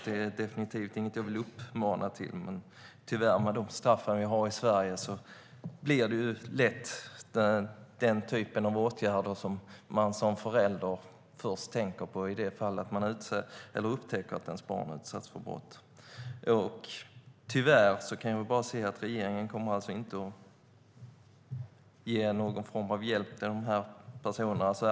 Det är definitivt inget jag vill uppmana till, men med de straff vi tyvärr har i Sverige blir denna typ av åtgärder lätt det man som förälder först tänker på i det fall man upptäcker att ens barn har utsatts för brott. Tyvärr kan jag se att regeringen alltså inte kommer att ge någon form av hjälp till de här personerna.